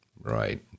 right